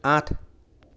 আঠ